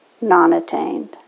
non-attained